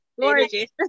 gorgeous